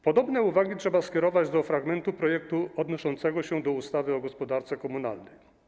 Podobne uwagi trzeba skierować co do fragmentu projektu odnoszącego się do ustawy o gospodarce komunalnej.